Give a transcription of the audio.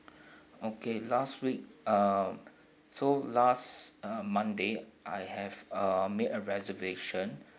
okay last week um so last uh monday I have uh make a reservation